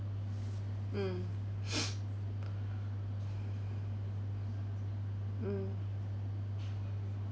mm mm